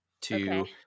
to-